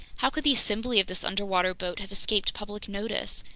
how could the assembly of this underwater boat have escaped public notice?